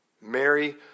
Mary